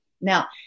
Now